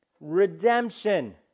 redemption